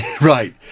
Right